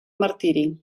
martiri